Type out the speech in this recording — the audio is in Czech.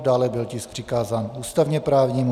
Dále byl tisk přikázán ústavněprávnímu výboru.